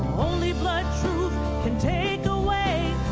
only blood truth can take away